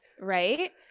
Right